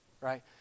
right